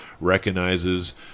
recognizes